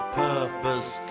purpose